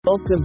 Welcome